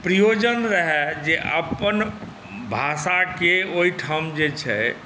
प्रयोजन रहै जे अप्पन भाषाके ओहिठम जे छै